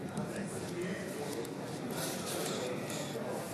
ההצבעה: בעד, 42 חברי כנסת,